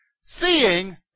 seeing